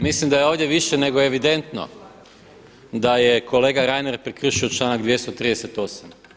Mislim da je ovdje više nego evidentno da je kolega Reiner prekršio članak 238.